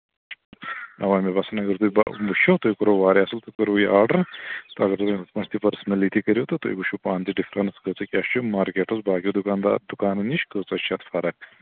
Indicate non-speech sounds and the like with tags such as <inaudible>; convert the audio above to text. اَوا مےٚ باسان اَگر تُہۍ بہ وٕچھِو تۄہہِ کوٚروُ واریاہ اَصٕل تۄہہِ کوٚروُ یہِ آرڈر تہٕ اگر تُہۍ <unintelligible> پٔرسٕنٔلی تہِ کٔرِو تہٕ تُہۍ وٕچھِو پانہٕ تہِ ڈِفرَنٕس کۭژاہ کیٛاہ چھِ مارکیٹَس باقی دُکاندار دُکانَن نِش کۭژاہ چھِ اَتھ فرق